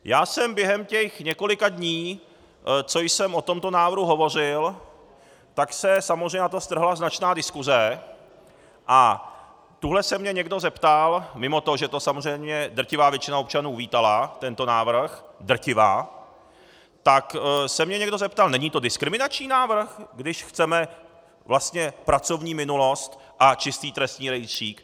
Já jsem během těch několika dní, co jsem o tomto návrhu hovořil, tak se samozřejmě na to strhla značná diskuze a tuhle se mě někdo zeptal, mimo to, že to samozřejmě drtivá většina občanů uvítala tento návrh drtivá tak se mě někdo zeptal: Není to diskriminační návrh, když chceme vlastně pracovní minulost a čistý trestní rejstřík?